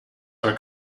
are